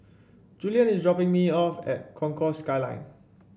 Julien is dropping me off at Concourse Skyline